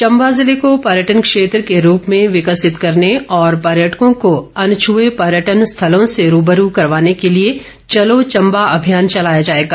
अभियान चंबा जिले को पर्यटन क्षेत्र के रूप में विकसित करने और पर्यटकों को अनछुए पर्यटन स्थलों से रूबरू करवाने के लिए चलो चंबा अभियान चलाया जाएगा